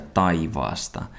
taivaasta